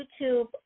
YouTube